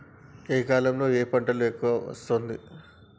ఏ కాలంలో ఏ పంట ఎక్కువ వస్తోంది?